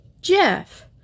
Jeff